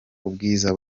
ubwiza